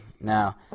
Now